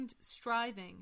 striving